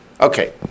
Okay